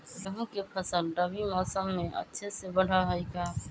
गेंहू के फ़सल रबी मौसम में अच्छे से बढ़ हई का?